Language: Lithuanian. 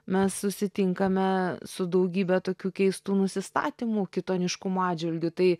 mes susitinkame su daugybe tokių keistų nusistatymų kitoniškumo atžvilgiu tai